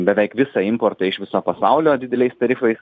beveik visą importą iš viso pasaulio dideliais tarifais